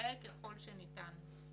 מהר ככל שניתן.